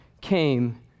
came